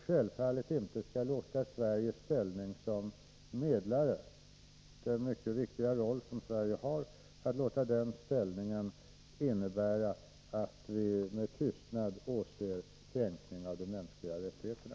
Självfallet skall vi inte låta Sveriges ställning som medlare — en mycket viktig roll som Sverige har —- innebära att vi med tystnad åser kränkningar av de mänskliga rättigheterna.